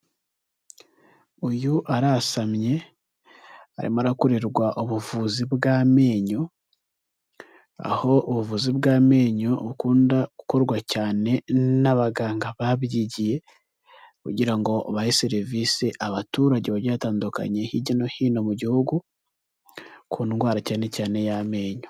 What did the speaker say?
uyu arasamye arimo arakorerwa ubuvuzi bw'amenyo, aho ubuvuzi bw'amenyo bukunda gukorwa cyane n'abaganga babyigiye. Kugirango bahe serivisi abaturage, bagiye batandukanye hirya no hino mu gihugu ku ndwara cyane cyane y'amenyo.